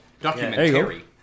Documentary